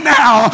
now